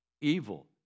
evil